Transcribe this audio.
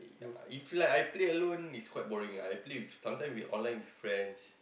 yea if like I play alone it's quite boring ah I play with sometimes with online friends